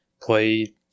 play